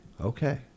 Okay